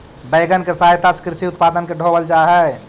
wagon के सहायता से कृषि उत्पादन के ढोवल जा हई